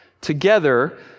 together